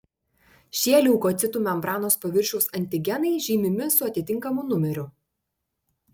šie leukocitų membranos paviršiaus antigenai žymimi su atitinkamu numeriu